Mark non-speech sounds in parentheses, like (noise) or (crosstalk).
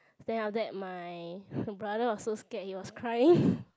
then after that my brother was so scared he was crying (breath)